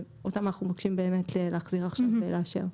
ואותם אנחנו מבקשים להחזיר עכשיו ולאשר.